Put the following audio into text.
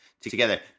together